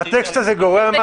הטקסט הזה גורע ממשהו?